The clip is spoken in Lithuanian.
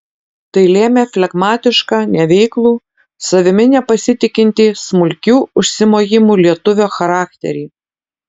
tai lėmė flegmatišką neveiklų savimi nepasitikintį smulkių užsimojimų lietuvio charakterį